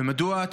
ומדוע את